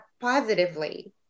positively